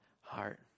heart